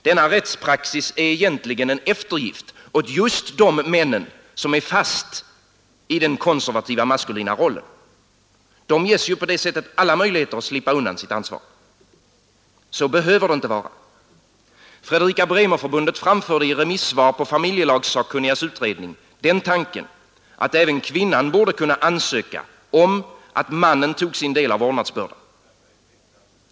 Denna rättspraxis är egentligen en eftergift åt just de män som är fast i den konservativa maskulina rollen. De får ju på det sättet alla möjligheter att slippa undan sitt ansvar. Så behöver det inte vara. Fredrika Bremer-förbundet framförde i remissvar på familjelagssakkunnigas utredning den tanken att även kvinnan borde kunna ansöka om att mannen tog sin del av vårdnadsbördan.